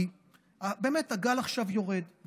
כי באמת הגל יורד עכשיו,